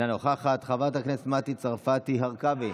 אינה נוכחת, חברת הכנסת מטי צרפתי הרכבי,